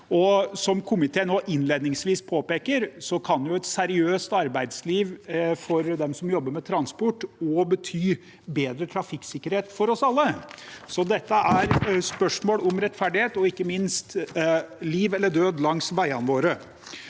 Som komiteen også innledningsvis påpeker, kan et seriøst arbeidsliv for dem som jobber med transport, også bety bedre trafikksikkerhet for oss alle. Dette er et spørsmål om rettferdighet og ikke minst om liv eller død langs veiene våre.